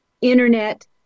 internet